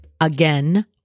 again